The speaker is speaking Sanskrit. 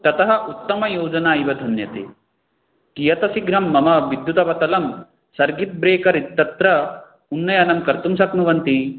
ततः उत्तमयोजना इव ध्वन्यते कियत् शीघ्रं मम विद्युतवतलं सर्किट् ब्रेकर् इत्यत्र उन्नयनं कर्तुं शक्नुवन्ति